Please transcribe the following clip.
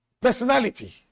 personality